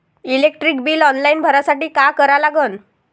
Electric bill online भरासाठी का करा लागन?